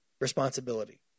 responsibility